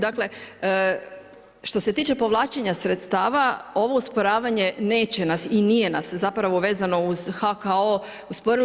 Dakle, što se tiče povlačenja sredstava ovo osporavanje neće nas i nije nas zapravo vezano uz HKO usporilo.